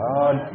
God